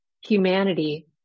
humanity